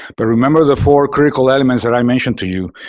but remember the four critical elements that i mentioned to you,